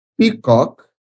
peacock